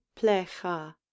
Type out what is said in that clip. plecha